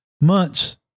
months